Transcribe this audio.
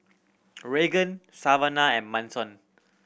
Raegan Savana and Manson